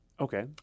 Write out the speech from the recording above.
Okay